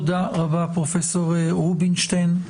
תודה רבה, פרופ' רובינשטיין.